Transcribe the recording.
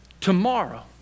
Tomorrow